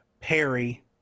Perry